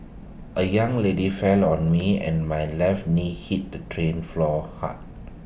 A young lady fell on me and my left knee hit the train floor hard